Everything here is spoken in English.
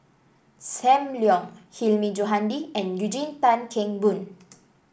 Sam Leong Hilmi Johandi and Eugene Tan Kheng Boon